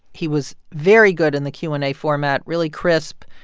he was very good in the q and a format, really crisp,